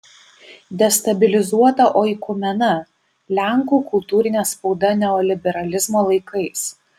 destabilizuota oikumena lenkų kultūrinė spauda neoliberalizmo laikais